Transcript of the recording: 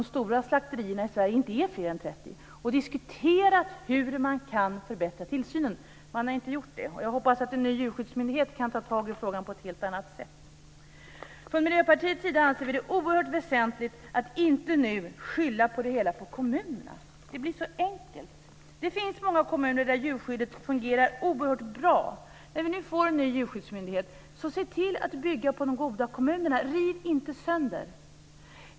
De stora slakterierna i Sverige är nämligen inte fler än 30. Man hade kunnat diskutera hur tillsynen kan förbättras. Man har inte gjort det. Jag hoppas att en ny djurskyddsmyndighet kan ta tag i frågan på ett helt annat sätt. Miljöpartiet anser det oerhört väsentligt att inte nu skylla det hela på kommunerna. Det blir så enkelt. Det finns många kommuner där djurskyddet fungerar oerhört bra. När vi nu får en ny djurskyddsmyndighet, se till att bygga på de goda kommunerna! Riv inte sönder!